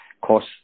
cost